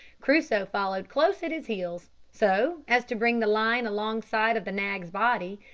crusoe followed close at his heels, so as to bring the line alongside of the nag's body,